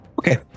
okay